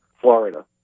Florida